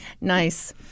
Nice